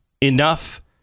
Enough